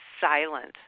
silent